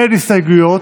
משה גפני,